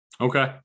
Okay